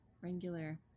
regular